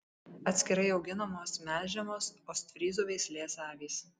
atskirai auginamos melžiamos ostfryzų veislės avys